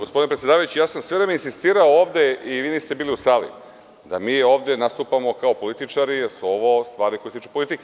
Gospodine predsedavajući, ja sam sve vreme insistirao ovde, vi niste bili u sali, da mi ovde nastupamo kao političari jer su ovo stvari koje se tiču politike.